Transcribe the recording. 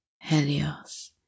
Helios